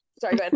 sorry